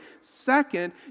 Second